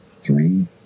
three